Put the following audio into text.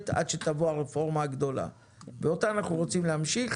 עד שתבוא הרפורמה הגדולה ואותה אנחנו רוצים להמשיך